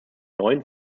neuen